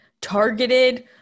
targeted